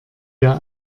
der